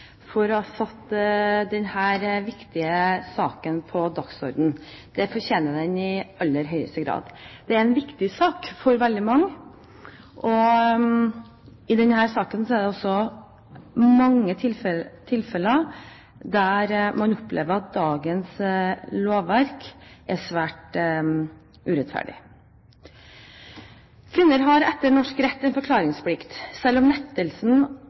for å ha satt denne viktige saken på dagsordenen. Det fortjener den i aller høyeste grad. Det er en viktig sak for veldig mange, og i denne saken er det også slik at man i mange tilfeller opplever at dagens lovverk er svært urettferdig. Kvinner har etter norsk rett en forklaringsplikt, selv om